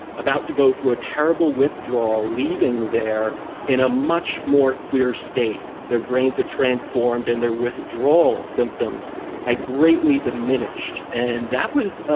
about to go through a terrible withdrawal leaving there in a much more clear state their brains are transformed and their withdrawal symptoms had greatly diminished and that was, ah